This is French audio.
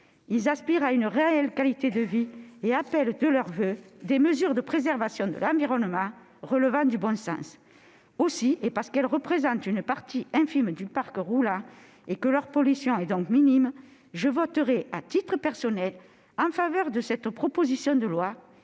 Ils aspirent à une réelle qualité de vie et appellent de leurs voeux des mesures de préservation de l'environnement relevant du bon sens. Parce que ces voitures représentent une partie infime du parc roulant et que leur pollution est donc minime, je voterai, à titre personnel, en faveur de cette proposition de loi